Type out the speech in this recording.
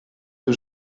peu